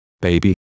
baby